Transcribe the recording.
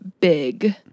big